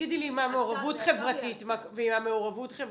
מה עם המעורבות החברתית?